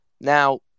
now